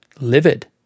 livid